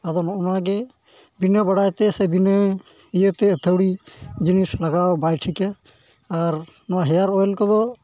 ᱟᱫᱚ ᱱᱚᱜᱼᱚ ᱱᱚᱣᱟᱜᱮ ᱵᱤᱱᱟᱹ ᱵᱟᱲᱟᱭᱛᱮ ᱥᱮ ᱵᱤᱱᱟᱹ ᱤᱭᱟᱹᱛᱮ ᱟᱹᱛᱷᱟᱹᱲᱤ ᱡᱤᱱᱤᱥ ᱞᱟᱜᱟᱣ ᱵᱟᱭ ᱴᱷᱤᱠᱟ ᱟᱨ ᱱᱚᱣᱟ ᱠᱚᱫᱚ